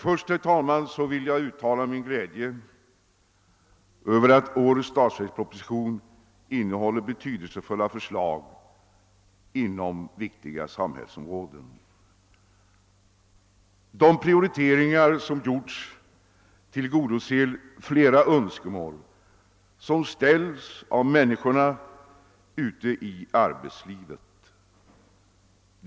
Först vill jag uttala min glädje över att årets statsverksproposition innehåller betydelsefulla förslag på viktiga samhällsområden. De prioriteringar som har gjorts tillgodoser flera önskemål som har ställts av människorna ute i arbetslivet.